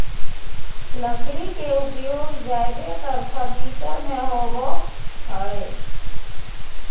लकड़ी के उपयोग ज्यादेतर फर्नीचर में होबो हइ